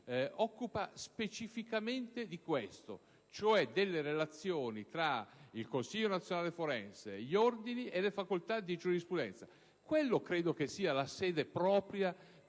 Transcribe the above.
occupa specificamente di questo, cioè delle relazioni tra il Consiglio nazionale forense, gli Ordini e le facoltà di giurisprudenza. Ritengo che quella sia la sede propria